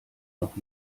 noch